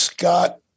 Scott